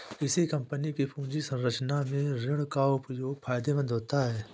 किसी कंपनी की पूंजी संरचना में ऋण का उपयोग फायदेमंद होता है